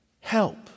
help